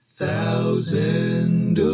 thousand